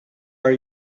are